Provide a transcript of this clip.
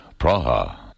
Praha